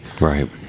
right